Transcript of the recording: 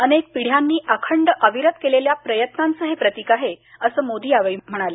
अनेक पिढ्यांनी अखंड अविरत केलेल्या प्रयत्नांचं हे प्रतिक आहे असं मोदी यावेळी म्हणाले